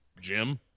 Jim